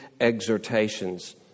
exhortations